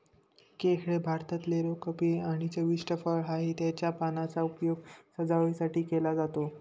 केळ हे भारतातले लोकप्रिय आणि चविष्ट फळ आहे, त्याच्या पानांचा उपयोग सजावटीसाठी केला जातो